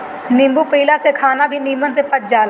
नींबू पियला से खाना भी निमन से पच जाला